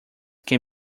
can